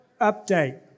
update